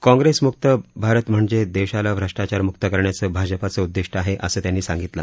काँग्रेसमुक्त भारत म्हणजेच देशाला भ्रष्टाचारमुक्त करण्याचं भाजपाचं उद्दिष्ट आहे असं त्यांनी सांगितलं